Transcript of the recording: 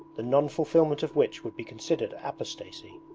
the non-fulfilment of which would be considered apostasy.